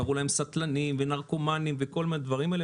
קראו להם סטלנים ונרקומנים וכל מיני דברים כאלה,